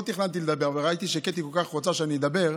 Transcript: לא תכננתי לדבר אבל ראיתי שקטי כל כך רוצה שאני אדבר,